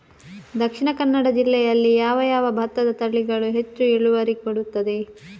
ದ.ಕ ಜಿಲ್ಲೆಯಲ್ಲಿ ಯಾವ ಯಾವ ಭತ್ತದ ತಳಿಗಳು ಹೆಚ್ಚು ಇಳುವರಿ ಕೊಡುತ್ತದೆ?